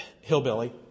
hillbilly